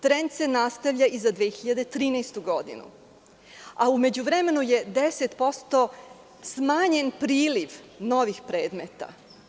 Trend se nastavlja i za 2013. godinu, a u međuvremenu je 10% smanjen priliv novih predmeta.